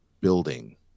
building